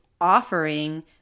offering